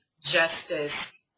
Justice